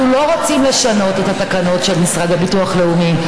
אנחנו לא רוצים לשנות את התקנות של משרד הביטוח הלאומי,